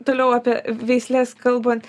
toliau apie veisles kalbant